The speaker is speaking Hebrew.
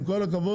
עם כל הכבוד,